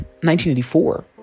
1984